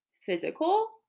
physical